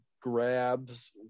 grabs